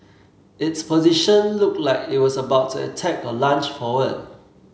its position looked like it was about to attack or lunge forward